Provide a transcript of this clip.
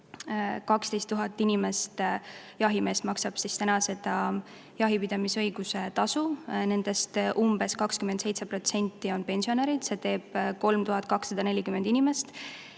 12 000 inimest, jahimeest maksab seda jahipidamisõiguse tasu, nendest umbes 27% on pensionärid, see teeb 3240 inimest.